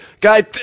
guy